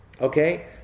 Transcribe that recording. okay